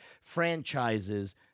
franchises